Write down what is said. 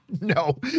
No